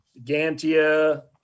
gantia